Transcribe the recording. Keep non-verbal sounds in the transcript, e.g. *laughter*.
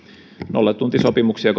nollatuntisopimuksia *unintelligible*